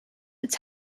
its